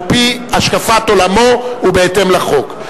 על-פי השקפת עולמו ובהתאם לחוק.